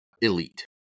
elite